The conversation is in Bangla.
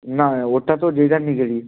না ওটা তো যে যার নিজেরই